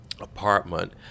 apartment